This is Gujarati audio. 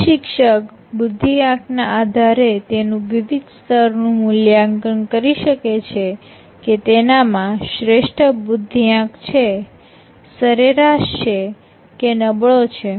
જે શિક્ષક બુદ્ધિ આંક ના આધારે તેનું વિવિધ સ્તર નું મૂલ્યાંકન કરી શકે છે કે તેનામાં શ્રેષ્ઠ બુદ્ધિઆંક છે સરેરાશ છે કે નબળો છે